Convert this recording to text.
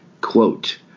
Quote